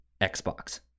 Xbox